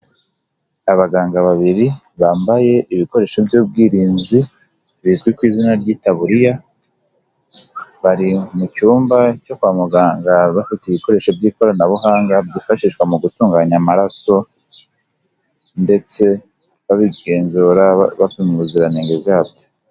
Abaganga babiri bambaye ibikoresho by'ubwirinzi bizwi ku izina ryitaburiya, bari mu cyumba cyo kwa muganga bafite ibikoresho by'ikoranabuhanga byifashishwa mu gutunganya amaraso ndetse babigenzura bapima ubuziranenge bwabyo.